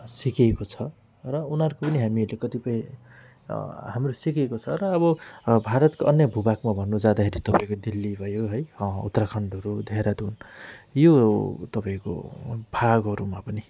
सिकेको छ र उनीहरूको पनि हामीहरूले कतिपय हाम्रो सिकेको छ र अब भारतको अन्य भूभागमा भन्नजाँदाखेरि तपाईँको दिल्ली भयो है उत्तराखण्डहरू देहरादुन यो तपाईँको भागहरूमा पनि